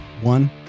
One